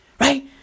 Right